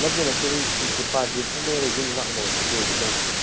ꯅꯠꯇꯦ ꯅꯠꯇꯦ ꯑꯩ ꯁꯨꯝ ꯆꯤꯝꯄꯥꯟꯖꯤ ꯑꯃꯇꯪ ꯂꯩꯔꯒ ꯌꯨꯝ ꯉꯥꯛꯅꯕ ꯑꯃꯇ ꯂꯣꯏꯒꯦ ꯇꯧꯕꯅꯦ